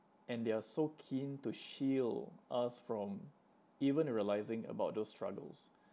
and they are so keen to shield us from even realising about those struggles